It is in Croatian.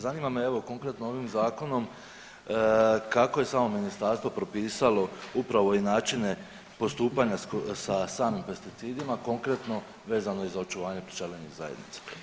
Zanima me evo konkretno ovim zakonom kako je samo ministarstvo propisalo upravo i načine postupanja sa samim pesticidima konkretno vezano i za očuvanje pčelinjih zajednica.